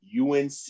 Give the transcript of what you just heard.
UNC